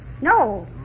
No